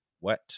wet